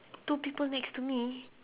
two people next to me